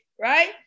right